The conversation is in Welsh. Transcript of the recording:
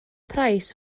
price